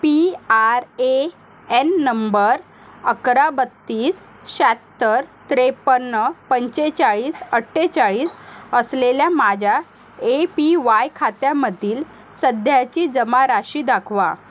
P R A N number अकरा बत्तीस शाहत्तर त्रेपन्न पंचेचाळीस अठ्ठेचाळीस असलेल्या माझ्या ए पी वाय खात्यामधील सध्याची जमा राशी दाखवा